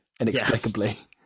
inexplicably